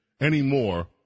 anymore